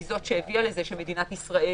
היא זאת שהביאה לזה שמדינת ישראל